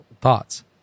thoughts